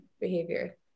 behavior